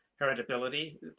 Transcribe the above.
heritability